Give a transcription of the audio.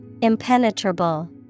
Impenetrable